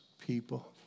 people